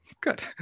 Good